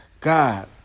God